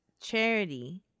Charity